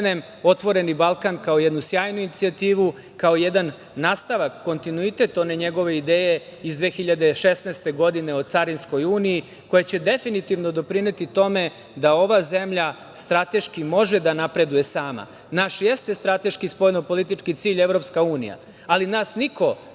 „Otvoreni Balkan“, kao jednu sjajnu inicijativu, kao jedan nastavak kontinuitet one njegove ideje iz 2016. godine, o carinskoj uniji, koja će definitivno doprineti tome da ova zemlja strateški može da napreduje sama. Naš jeste strateški spoljno-politički cilj EU, ali nas niko niti